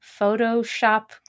Photoshop